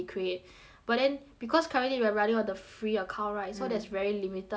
but then because currently we're running on the free account right mm so there's very limited number of